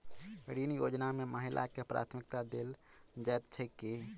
ऋण योजना मे महिलाकेँ प्राथमिकता देल जाइत छैक की?